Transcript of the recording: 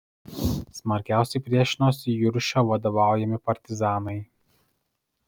smarkiausiai priešinosi juršio vadovaujami partizanai